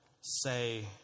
say